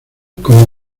como